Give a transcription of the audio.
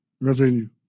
revenue